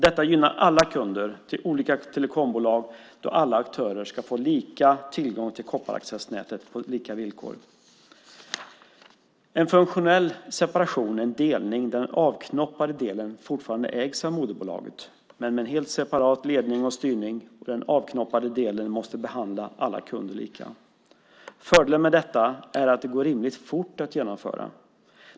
Detta gynnar alla kunder till olika telekombolag, då alla aktörer ska kunna få tillgång till kopparaccessnätet på lika villkor. En funktionell separation är en delning där den avknoppade delen fortfarande ägs av moderbolaget men med helt separat ledning och styrning, och den avknoppade delen måste behandla alla kunder lika. Fördelen med detta är att det går rimligt fort att genomföra.